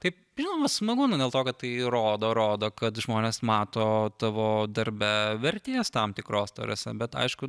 taip žinoma smagu nu dėl to kad tai rodo rodo kad žmonės mato tavo darbe vertės tam tikros ta prasme bet aišku